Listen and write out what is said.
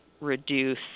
reduce